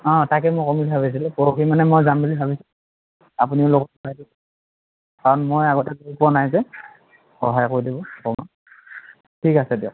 অঁ তাকে মই ক'ম বুলি ভাবিছিলোঁ পৰহি মানে মই যাম বুলি ভাবিছোঁ আপুনিও লগতে কাৰণ মই আগতে গৈ পোৱা নাই যে সহায় কৰি দিব অকমান ঠিক আছে দিয়ক